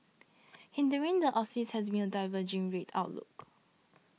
hindering the Aussie has been a diverging rate outlook